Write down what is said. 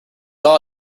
odd